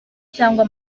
cyangwa